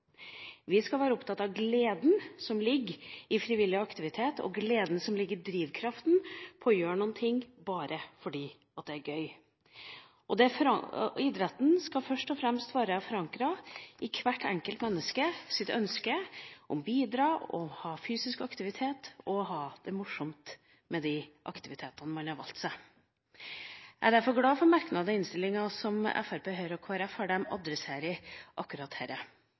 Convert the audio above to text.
Vi skal være opptatt av gleden som ligger i frivillig aktivitet, og gleden som ligger i drivkraften til å gjøre noe, bare fordi det er gøy. Idretten skal først og fremst være forankret i hvert enkelt menneskes ønske om å bidra, å ha fysisk aktivitet og å ha det morsomt med de aktivitetene man har valgt seg. Jeg er derfor glad for merknaden i innstillinga som Fremskrittspartiet, Høyre og Kristelig Folkeparti har, der de adresserer akkurat